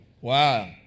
Wow